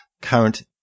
current